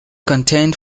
contained